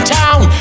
town